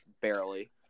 barely